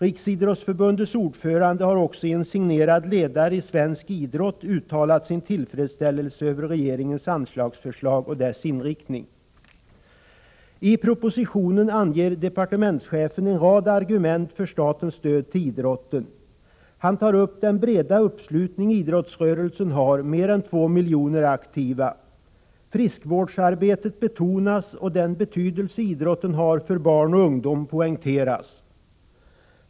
Riksidrottsförbundets ordförande har också i en signerad ledare i Svensk Idrott uttalat sin tillfredsställelse över regeringens anslagsförslag och dess inriktning. I propositionen anger departementschefen en rad argument för statens stöd till idrotten. Han tar upp den breda uppslutning idrottsrörelsen har, mer än två miljoner aktiva. Friskvårdsarbetet betonas, och den betydelse idrotten har för barn och ungdomar poängteras.